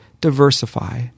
diversify